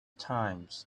times